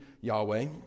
Yahweh